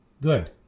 Good